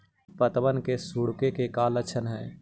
पत्तबन के सिकुड़े के का लक्षण हई?